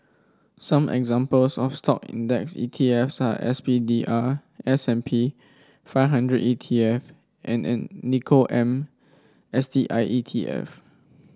some examples of Stock index E T F S are S P D R S and P five hundred E T F and Nikko am S T I E T F